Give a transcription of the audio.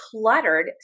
cluttered